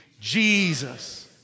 Jesus